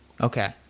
Okay